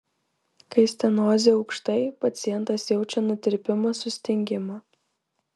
kai stenozė aukštai pacientas jaučia nutirpimą sustingimą